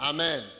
Amen